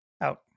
Out